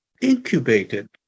incubated